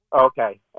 Okay